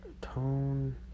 Tone